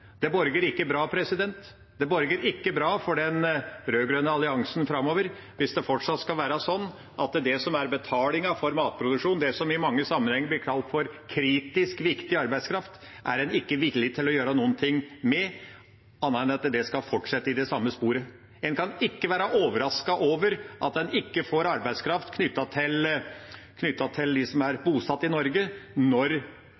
Det borger ikke bra for den rød-grønne alliansen framover hvis det fortsatt skal være sånn at det som gjelder betalingen for matproduksjon – det som i mange sammenhenger blir kalt kritisk viktig arbeidskraft – er en ikke villig til å gjøre noe med, annet enn at det skal fortsette i det samme sporet. En kan ikke være overrasket over at en ikke får arbeidskraft blant dem som er bosatt i Norge, når betalinga er som den er,